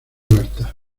libertad